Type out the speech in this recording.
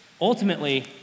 ultimately